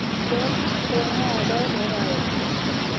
मुंहिंजो पोयों ऑडर दुहिरायो